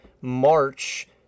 March